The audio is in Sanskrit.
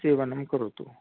सेवनं करोतु